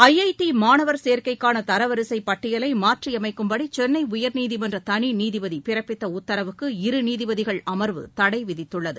I I T மாணவர் சேர்க்கைக்கான தரவரிசை பட்டியலை மாற்றியமைக்குப்படி சென்னை உயா்நீதிமன்ற தனி நீதிபதி பிறப்பித்த உத்தரவுக்கு இரு நீதிபதிகள் அமா்வு தடை விதித்துள்ளது